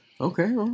Okay